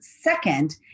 second